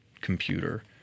computer